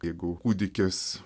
jeigu kūdikis